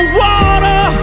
water